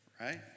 Right